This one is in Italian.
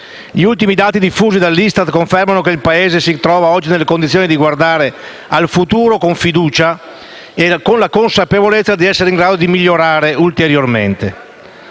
Gli ultimi dati diffusi dall'ISTAT confermano che il Paese si trova oggi nelle condizioni di guardare al futuro con fiducia e con la consapevolezza di essere in grado di migliorare ulteriormente.